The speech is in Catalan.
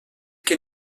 que